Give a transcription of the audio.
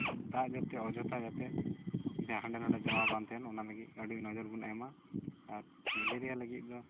ᱫᱟᱜ ᱡᱟᱛᱮ ᱚᱡᱚᱛᱷᱟ ᱡᱟᱛᱮ ᱡᱟᱦᱟᱸ ᱦᱟᱰᱮ ᱱᱟᱰᱮ ᱡᱚᱢᱟ ᱵᱟᱝ ᱛᱟᱦᱮᱱ ᱚᱱᱟ ᱞᱟᱹᱜᱤᱫ ᱟᱹᱰᱤ ᱱᱚᱡᱚᱨ ᱵᱚᱱ ᱮᱢᱢᱟ ᱟᱨ ᱢᱮᱞᱮᱨᱤᱭᱟ ᱞᱟᱹᱜᱤᱫ ᱫᱚ